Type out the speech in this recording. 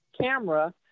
camera